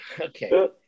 Okay